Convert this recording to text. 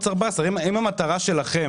אם המטרה שלכם